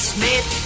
Smith